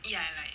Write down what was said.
ya like